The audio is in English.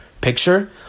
picture